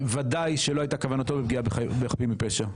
ודאי שלא הייתה כוונתו לפגיעה בחפים מפשע.